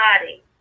body